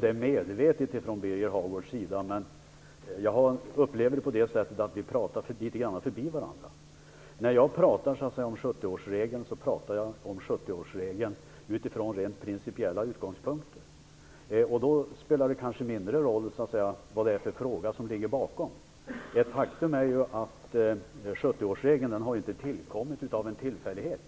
det är medvetet från Birger Hagårds sida, men jag upplever att vi litet grand pratar förbi varandra. När jag pratar om 70 årsregeln så pratar jag om den utifrån rent principiella utgångspunkter. Då spelar det kanske mindre roll vilken fråga det gäller. Faktum är att 70-årsregeln inte har tillkommit av en tillfällighet.